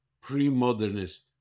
pre-modernist